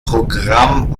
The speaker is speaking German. programm